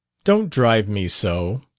don't drive me so!